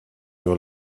your